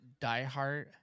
diehard